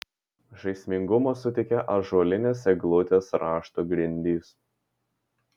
žaismingumo suteikia ąžuolinės eglutės rašto grindys